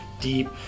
deep